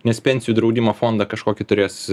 nes pensijų draudimo fondą kažkokį turės